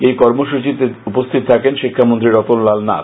এই কর্মসূচিতে উপস্থিত থাকেন শিক্ষা মন্ত্রী রতন লাল নাথ